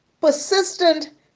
Persistent